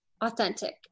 authentic